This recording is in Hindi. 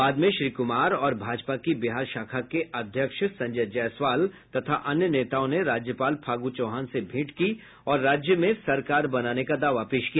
बाद में श्री कुमार और भाजपा की बिहार शाखा के अध्यक्ष संजय जायसवाल तथा अन्य नेताओं ने राज्यपाल फागू चौहान से भेंट की और राज्य में सरकार बनाने का दावा पेश किया